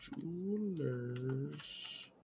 Jewelers